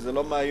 וזה לא מהיום,